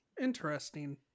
Interesting